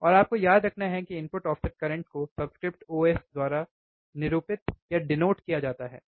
और आपको याद रखना है कि इनपुट ऑफसेट करंट को सबस्क्रिप्ट os द्वारा निरूपित किया जाता है Ios